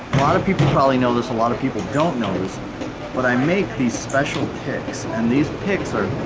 lot of people probably know this a lot of people don't know this but i make these special picks and these pics are